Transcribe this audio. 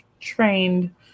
trained